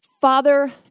father